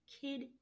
kid